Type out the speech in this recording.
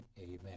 Amen